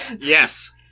Yes